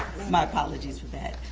my apologies for that.